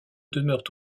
demeurent